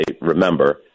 remember